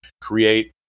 create